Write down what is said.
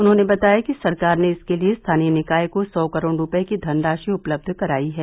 उन्होंने बताया कि सरकार ने इसके लिये स्थानीय निकाय को सौ करोड़ रूपये की धनराशि उपलब्ध कराई है